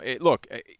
look